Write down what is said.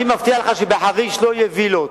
אני מבטיח לך שבחריש לא יהיו וילות.